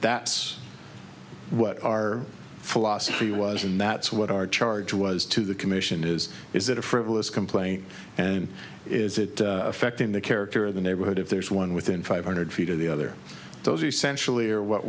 that's what our philosophy was and that's what our charge was to the commission is is that a frivolous complaint and is it affecting the character of the neighborhood if there's one within five hundred feet of the other those a sense or what